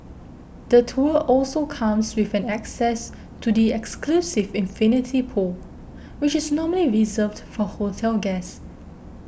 the tour also comes with an access to the exclusive infinity pool which is normally reserved for hotel guests